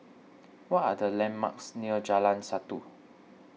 what are the landmarks near Jalan Satu